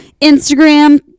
Instagram